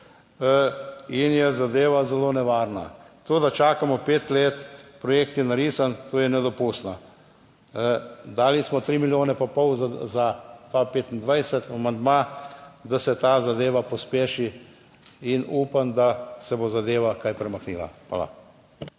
in je zadeva zelo nevarna. To, da čakamo pet let, projekt je narisan, to je nedopustno. Dali smo tri milijone pa pol za 2025 amandma, da se ta zadeva pospeši in upam, da se bo zadeva kaj premaknila. Hvala.